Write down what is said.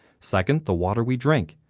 second, the water we drink.